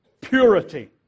purity